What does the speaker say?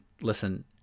listen